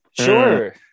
Sure